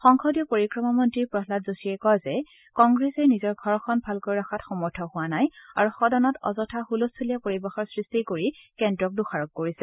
সংসদীয় পৰিক্ৰমা মন্ত্ৰী প্ৰহ্লাদ যোশীয়ে কয় যে কংগ্ৰেছে নিজৰ ঘৰখন ভালকৈ ৰখাত সমৰ্থ হোৱা নাই আৰু সদনত অযথা হুলস্থলীয়া পৰিৱেশৰ সৃষ্টি কৰি কেন্দ্ৰক দোষাৰোপ কৰিছে